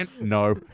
No